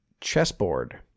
chessboard